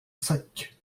sac